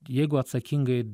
jeigu atsakingai